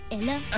Ella